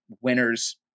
winner's